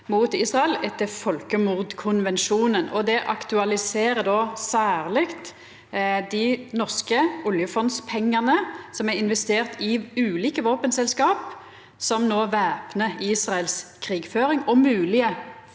mot Israel etter folkemordkonvensjonen. Det aktualiserer særleg dei norske oljefondpengane som er investerte i ulike våpenselskap som no væpnar Israels krigføring og moglege